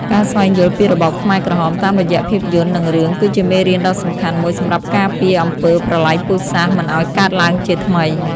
ការស្វែងយល់ពីរបបខ្មែរក្រហមតាមរយៈភាពយន្ត និងរឿង គឺជាមេរៀនដ៏សំខាន់មួយសម្រាប់ការពារអំពើប្រល័យពូជសាសន៍មិនឲ្យកើតឡើងជាថ្មី។